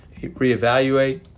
reevaluate